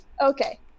Okay